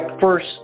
first